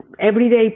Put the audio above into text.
everyday